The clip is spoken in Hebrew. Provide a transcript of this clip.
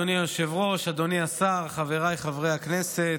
אדוני היושב-ראש, אדוני השר, חבריי חברי הכנסת,